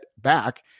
back